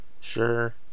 Sure